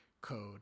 code